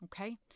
Okay